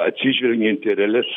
atsižvelgiant į realias